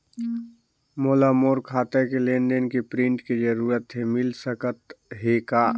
मोला मोर खाता के लेन देन के प्रिंट के जरूरत हे मिल सकत हे का?